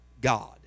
God